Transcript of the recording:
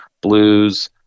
blues